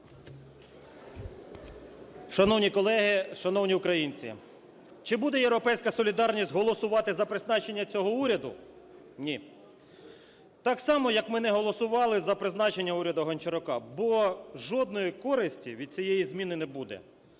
Шановні колеги, шановні українці! Чи буде "Європейська солідарність" голосувати за призначення цього уряду? Ні. Так само, як ми не голосували за призначення уряду Гончарука. Бо жодної користі від цієї зміни не буде.